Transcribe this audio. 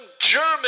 german